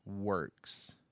works